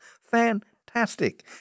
fantastic